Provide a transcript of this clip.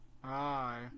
Hi